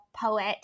poet